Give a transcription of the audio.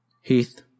Heath